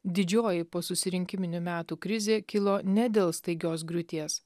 didžioji posusirinkiminių metų krizė kilo ne dėl staigios griūties